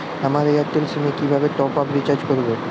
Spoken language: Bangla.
আমার এয়ারটেল সিম এ কিভাবে টপ আপ রিচার্জ করবো?